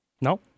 No